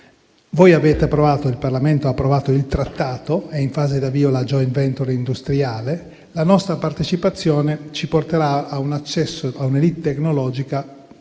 nel mondo. Il Parlamento ha approvato il trattato; è in fase d'avvio la *joint venture* industriale. La nostra partecipazione ci porterà a un accesso a un'*élite* tecnologica